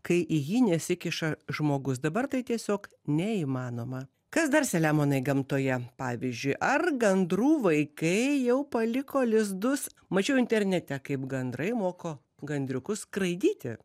kai į jį nesikiša žmogus dabar tai tiesiog neįmanoma kas dar selemonai gamtoje pavyzdžiui ar gandrų vaikai jau paliko lizdus mačiau internete kaip gandrai moko gandriukus skraidyti